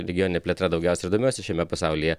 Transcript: regionine plėtra daugiausia ir domiuosi šiame pasaulyje